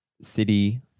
City